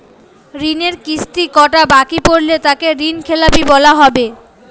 ঋণের কিস্তি কটা বাকি পড়লে তাকে ঋণখেলাপি বলা হবে?